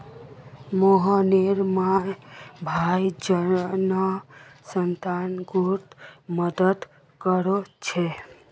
मोहनेर भाई जन सह्योगोत मदद कोरछे